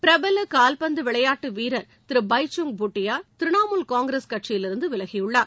பிரபல காவ்பந்து விளையாட்டு வீரர் திரு பைஜிங் பூட்டியா திரிணாமுல் காங்கிரஸ் கட்சியில் இருந்து விலகியுள்ளார்